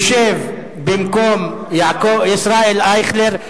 טלב (אומר בשפה הערבית: אתה יושב במקום של אייכלר).